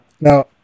Now